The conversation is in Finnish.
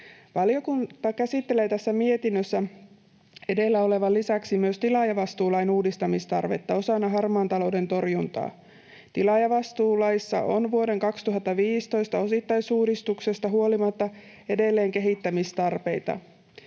Valiokunta käsittelee tässä mietinnössä edellä olevan lisäksi tilaajavastuulain uudistamistarvetta osana harmaan talouden torjuntaa. Tilaajavastuulaissa on vuoden 2015 osittaisuudistuksesta huolimatta edelleen kehittämistarpeita.